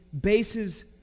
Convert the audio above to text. bases